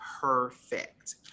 perfect